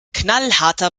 knallharter